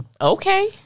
Okay